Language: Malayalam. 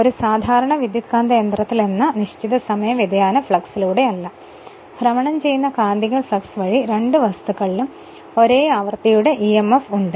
ഒരു സാധാരണ വിദ്യുത്കാന്തയന്ത്രത്തിലെന്ന നിശ്ചിത സമയ വ്യതിയാന ഫ്ലക്സിലൂടെയല്ല ഭ്രമണം ചെയ്യുന്ന കാന്തിക ഫ്ലക്സ് വഴി രണ്ട് വസ്തുക്കളിലും ഒരേ ആവൃത്തിയുടെ emf ഉണ്ട്